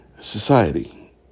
society